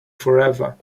forever